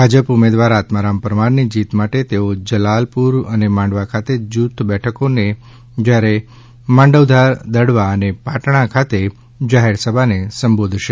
ભાજપ ઉમેદવાર આત્મારામ પરમારની જીત માટે તેઓ જલાલપુર અને માંડવા ખાતે જૂથ બેઠકોને જ્યારે માંડવધાર દડવા અને પાટણા ખાતે જાહેરસભાને સંબોધશે